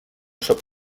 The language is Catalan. sap